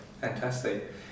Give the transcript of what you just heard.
fantastic